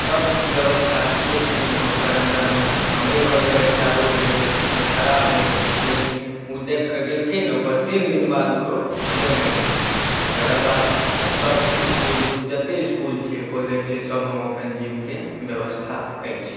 सब बेबस्था ठीके छथिन ओकर अन्दरमे हमरे घरलग एकटा रोड रहै ओ खराब रहै लेकिन ओ देखिकऽ गेलखिन ओकर तीन दिन बाद ओ रोड बनि गेलै तकरबाद सब इसकुल जतेक इसकुल छै कॉलेज छै सबमे ओपन जिमके बेबस्था अछि